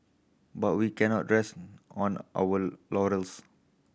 but we cannot rest on our laurels